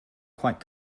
quite